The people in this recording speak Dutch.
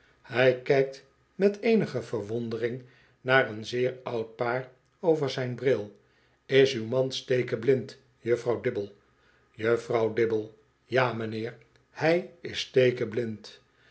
hij kijkt met eenige verwondering naar een zeer oud paar over zijn bril is uw man stekeblind juffrouw dibble juefrouw dibble ja m'nheer hij is